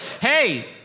Hey